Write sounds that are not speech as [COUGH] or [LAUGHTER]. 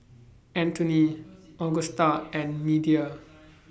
[NOISE] Anthoney Augusta and Media